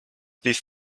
this